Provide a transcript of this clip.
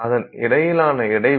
அதன் இடையிலான இடைவெளி 0